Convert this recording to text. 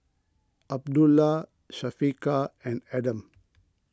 Abdullah Syafiqah and Adam